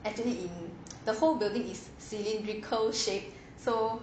actually in the whole building is cylindrical shape so